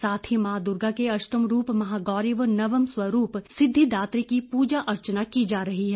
साथ ही मां दुर्गा के अष्टम रूप महागौरी व नवम स्वरूप सिद्विदात्री की पूजा अर्चना की जा रही है